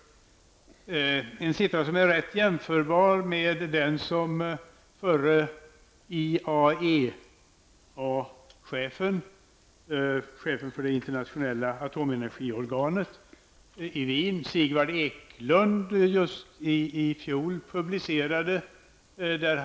Det är siffror som är jämförbara med dem som förre IAEA-chefen, chefen för det internationella atomenergiorganet i Wien, Sigvard Eklund, publicerade i fjol.